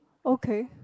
okay